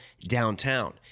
downtown